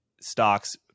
stocks